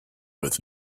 with